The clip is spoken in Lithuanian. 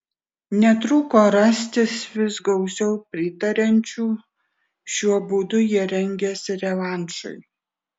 netruko rastis vis gausiau pritariančių šiuo būdu jie rengėsi revanšui